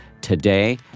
today